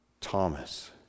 Thomas